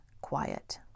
quiet